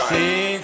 See